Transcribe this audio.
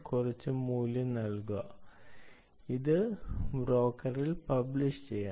കുറച്ച് മൂല്യം നൽകുക അത് ബ്രോക്കറിൽ പബ്ലിഷ് ചെയ്യണം